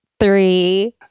three